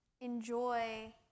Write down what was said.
enjoy